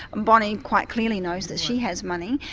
and bonny quite clearly knows that she has money,